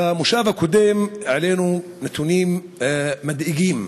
במושב הקודם העלינו נתונים מדאיגים: